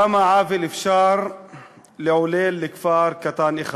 כמה עוול אפשר לעולל לכפר קטן אחד?